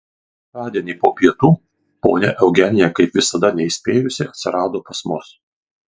šeštadienį po pietų ponia eugenija kaip visada neįspėjusi atsirado pas mus